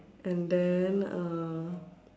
and then uh